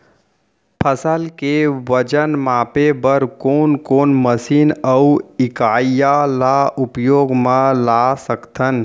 फसल के वजन मापे बर कोन कोन मशीन अऊ इकाइयां ला उपयोग मा ला सकथन?